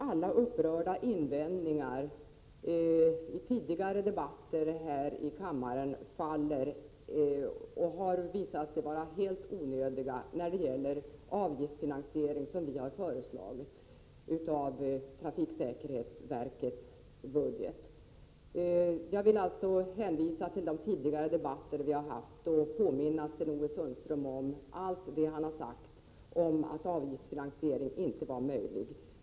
Alla de upprörda invändningar som Sten-Ove Sundström har framfört i tidigare debatter här i kammaren mot våra förslag om avgiftsfinansiering av trafiksäkerhetsverkets budget har nu visat sig vara helt onödiga. Jag vill hänvisa till de debatter vi har fört tidigare och påminna Sten-Ove Sundström om det han har sagt om att en avgiftsfinansiering inte skulle vara möjlig.